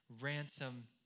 ransom